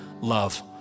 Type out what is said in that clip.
love